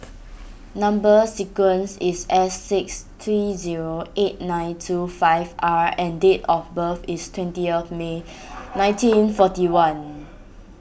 Number Sequence is S six three zero eight nine two five R and date of birth is twenty of May nineteen forty one